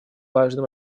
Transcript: важный